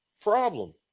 problem